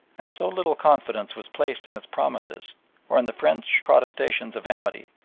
and so little confidence was placed in its promises or in the french protestations of amity,